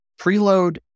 preload